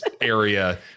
area